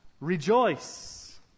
rejoice